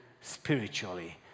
spiritually